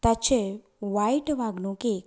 ताचे वायट वागणूकेक